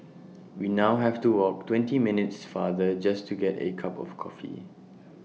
we now have to walk twenty minutes farther just to get A cup of coffee